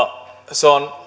se on